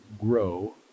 grow